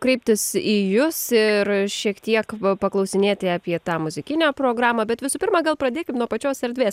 kreiptis į jus ir šiek tiek paklausinėti apie tą muzikinę programą bet visų pirma gal pradėkim nuo pačios erdvės